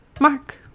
Mark